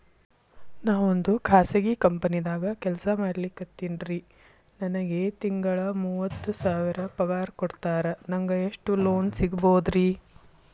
ನಾವೊಂದು ಖಾಸಗಿ ಕಂಪನಿದಾಗ ಕೆಲ್ಸ ಮಾಡ್ಲಿಕತ್ತಿನ್ರಿ, ನನಗೆ ತಿಂಗಳ ಮೂವತ್ತು ಸಾವಿರ ಪಗಾರ್ ಕೊಡ್ತಾರ, ನಂಗ್ ಎಷ್ಟು ಲೋನ್ ಸಿಗಬೋದ ರಿ?